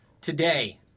today